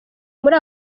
muri